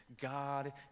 God